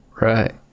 right